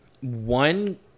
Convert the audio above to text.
one